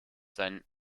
sein